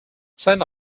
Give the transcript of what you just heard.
seinen